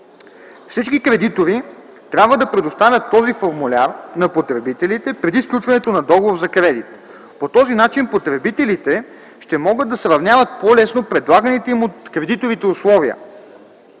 Всички кредитори трябва да предоставят този формуляр на потребителите преди сключването на договор за кредит. По този начин потребителите ще могат да сравняват по-лесно предлаганите им от кредиторите условия.